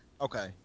Okay